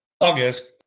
August